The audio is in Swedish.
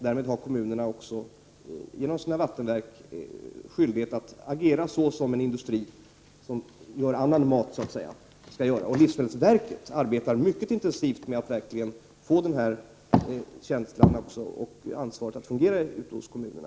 Därmed har kommunerna genom sina vattenverk skyldighet att agera på samma sätt som en industri som gör andra livsmedel. Livsmedelsverket arbetar mycket intensivt med att verkligen få fram känslan för detta och få ansvaret att fungera hos kommunerna.